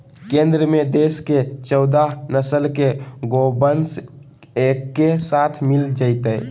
केंद्र में देश के चौदह नस्ल के गोवंश एके साथ मिल जयतय